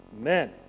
amen